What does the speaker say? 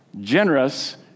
generous